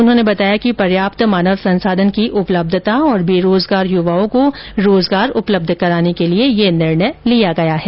उन्होंने बताया कि पर्याप्त मानव संसाधन की उपलब्यता और बेरोजगार युवाओं को रोजगार उपलब्ध कराने के लिए यह निर्णय लिया गया है